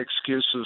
Excuses